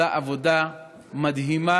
עושה עבודה מדהימה,